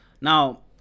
now